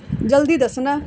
ਜਲਦੀ ਦੱਸਣਾ